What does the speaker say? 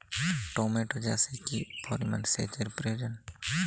Tomato চাষে কি পরিমান সেচের প্রয়োজন?